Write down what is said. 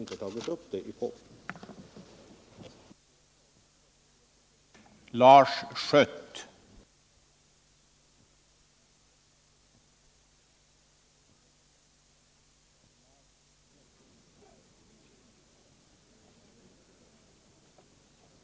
Därför togs det inte med i propositionen.